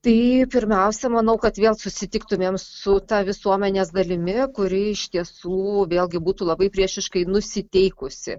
tai pirmiausia manau kad vėl susitiktumėm su ta visuomenės dalimi kuri iš tiesų vėlgi būtų labai priešiškai nusiteikusi